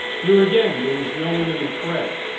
here again there was no imminent threat.